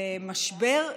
במשבר,